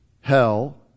hell